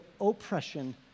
oppression